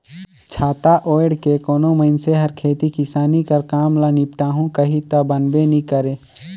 छाता ओएढ़ के कोनो मइनसे हर खेती किसानी कर काम ल निपटाहू कही ता बनबे नी करे